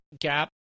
Gap